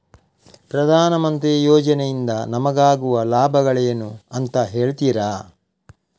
ಪ್ರಧಾನಮಂತ್ರಿ ಯೋಜನೆ ಇಂದ ನಮಗಾಗುವ ಲಾಭಗಳೇನು ಅಂತ ಹೇಳ್ತೀರಾ?